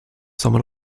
someone